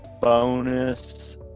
bonus